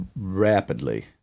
rapidly